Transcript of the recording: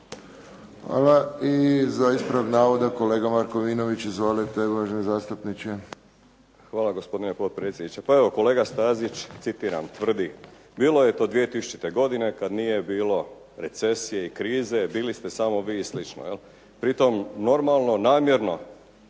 Hvala. I za ispravak navoda kolega Markovinović. Izvolite uvaženi zastupniče. **Markovinović, Krunoslav (HDZ)** Hvala gospodine potpredsjedniče. Pa evo kolega Stazić, citiram, tvrdi: "Bilo je to 2000. godine kada nije bilo recesije i krize, bili ste samo vi ..." i slično je li. Pri tome, normalno namjerno,